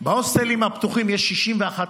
הוסטלים פתוחים, יש 61 הוסטלים.